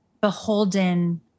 beholden